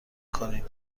کنیم